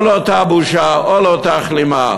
אוי לאותה בושה, אוי לאותה כלימה.